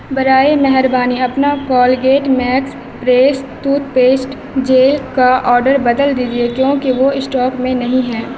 برائے مہربانی اپنا Colgate Max Fresh toothpaste gel کا آرڈر بدل دیجیے کیوں کہ وہ اسٹاک میں نہیں ہے